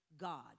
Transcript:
god